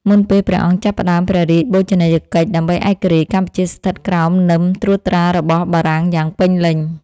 មុនពេលព្រះអង្គចាប់ផ្ដើមព្រះរាជបូជនីយកិច្ចដើម្បីឯករាជ្យ កម្ពុជាស្ថិតក្រោមនឹមត្រួតត្រារបស់បារាំងយ៉ាងពេញលេញ។